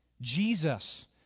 Jesus